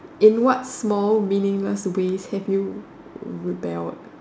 in what's small meaningless ways have you rebel